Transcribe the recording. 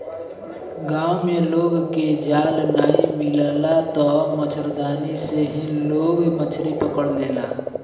गांव में लोग के जाल नाइ मिलेला तअ मछरदानी से ही लोग मछरी पकड़ लेला